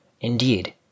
Indeed